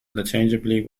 interchangeably